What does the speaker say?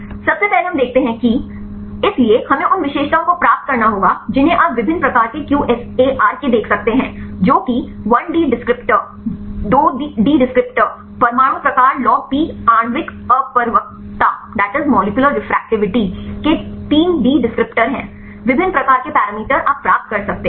सबसे पहले हम देखते हैं कि इसलिए हमें उन विशेषताओं को प्राप्त करना होगा जिन्हें आप विभिन्न प्रकार के QSAR के देख सकते हैं जो कि 1D डिस्क्रिप्टर 2D डिस्क्रिप्टर परमाणु प्रकार logP आणविक अपवर्तकता के 3D डिस्क्रिप्टर हैं विभिन्न प्रकार के पैरामीटर आप प्राप्त कर सकते हैं